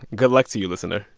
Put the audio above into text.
good luck to you, listener